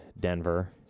Denver